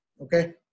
okay